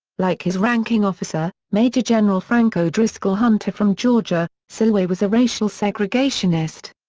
like his ranking officer, major general frank o'driscoll hunter from georgia, selway was a racial segregationist.